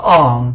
on